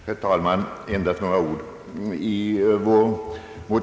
Herr talman! Endast några ord!